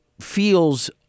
feels